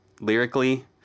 lyrically